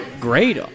great